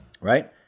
Right